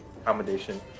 accommodation